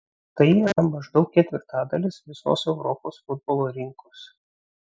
tai yra maždaug ketvirtadalis visos europos futbolo rinkos